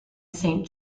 saint